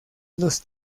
los